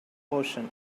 portion